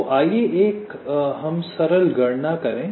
तो आइए हम एक सरल गणना करें